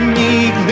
need